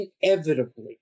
inevitably